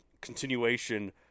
continuation